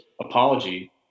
apology